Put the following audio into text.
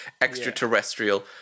extraterrestrial